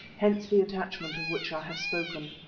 hence the attachment of which i have spoken.